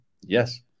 Yes